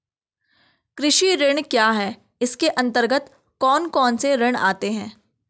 कृषि ऋण क्या है इसके अन्तर्गत कौन कौनसे ऋण आते हैं?